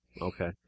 Okay